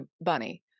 bunny